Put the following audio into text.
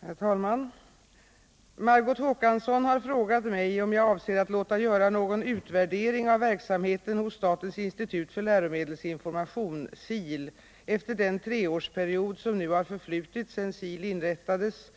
Herr talman! Margot Håkansson har frågat mig om jag avser att låta göra någon utvärdering av verksamheten hos statens institut för läromedelsinformation efter den treårsperiod som nu har förflutit sedan SIL inrättades